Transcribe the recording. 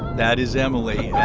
that is emily.